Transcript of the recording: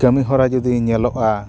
ᱠᱟᱹᱢᱤᱦᱚᱨᱟ ᱡᱩᱫᱤ ᱧᱮᱞᱚᱜᱼᱟ